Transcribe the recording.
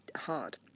hard.